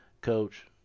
Coach